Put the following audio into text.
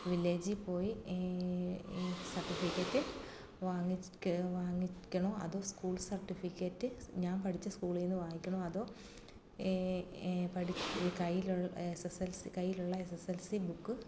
വില്ലേജിൽ പോയി ഈ സർട്ടിഫിക്കറ്റ് വാങ്ങിച്ച് വാങ്ങിക്കണോ അതോ സ്കൂൾ സർട്ടിഫിക്കറ്റ് ഞാൻ പഠിച്ച സ്കൂളിൽ നിന്ന് വാങ്ങിക്കണോ അതോ കയ്യിലുളള എസ് എസ് എൽ സി കയ്യിലുള്ള S S L C book